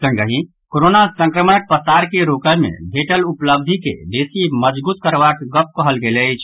संगहि कोरोना संक्रमणक पसार के रोकय मे भेटल उपलब्धि के बेसी मजगूत करबाक गप कहल गेल अछि